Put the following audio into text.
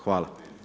Hvala.